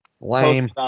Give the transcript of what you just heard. Lame